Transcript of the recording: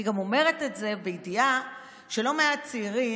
אני גם אומרת את זה בידיעה שלא מעט צעירים,